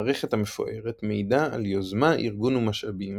המערכת המפוארת מעידה על יוזמה ארגון ומשאבים